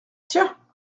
tiens